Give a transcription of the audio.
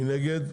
מי נגד?